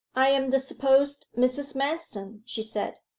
i am the supposed mrs. manston she said.